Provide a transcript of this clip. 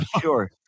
sure